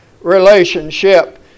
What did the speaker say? relationship